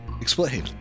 Explain